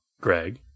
Greg